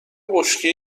بشکه